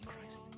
Christ